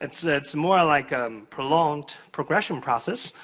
it's it's more like ah um prolonged, progression process.